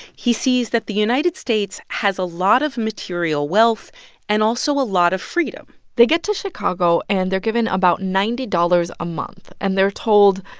he sees that the united states has a lot of material wealth and also a lot of freedom they get to chicago, and they're given about ninety dollars a month. and they're told,